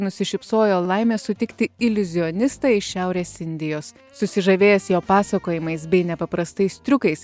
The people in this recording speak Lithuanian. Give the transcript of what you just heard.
nusišypsojo laimė sutikti iliuzionistą iš šiaurės indijos susižavėjęs jo pasakojimais bei nepaprastais triukais